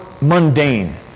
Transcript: mundane